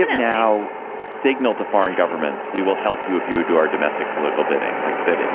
now signal to foreign governments we will help you if you do our domestic political bidding like that.